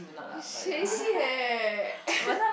it's shady eh